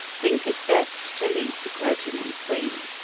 think it best to leave the clergyman free.